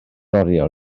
oriawr